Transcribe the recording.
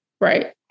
right